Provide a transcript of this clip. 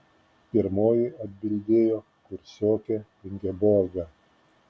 pirmoji atbildėjo kursiokė ingeborga